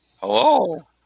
hello